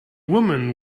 woman